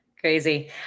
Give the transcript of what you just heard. Crazy